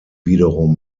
wiederum